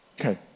Okay